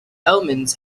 omens